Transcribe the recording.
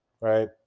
Right